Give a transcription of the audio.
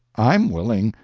i'm willing,